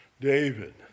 David